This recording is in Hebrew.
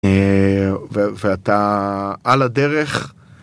ואתה על הדרך.